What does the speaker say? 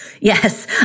Yes